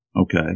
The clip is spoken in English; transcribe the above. Okay